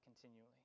continually